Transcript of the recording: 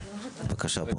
בבקשה.